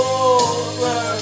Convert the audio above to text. over